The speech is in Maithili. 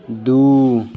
दू